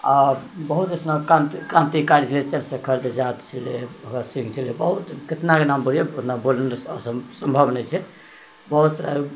आ बहुत ऐसनो क्रान्त क्रान्तिकारी छलै चन्द्र शेखर आजाद छलै भगत सिंह छलै बहुत केतनाके नाम बोलियौ ओतना बोलय लेल अस सम्भव नहि छै बहुत सारा